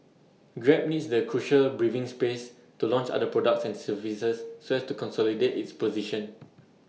grab needs the crucial breathing space to launch other products and services so as to consolidate its position